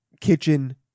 kitchen